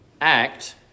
act